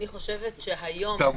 אני חושבת שהיום,